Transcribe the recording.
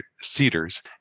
cedars